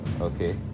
okay